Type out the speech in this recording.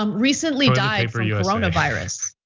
um recently died from coronavirus.